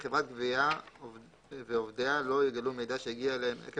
חברת גבייה ועובדיה לא יגלו מידע שהגיע אליהם עקב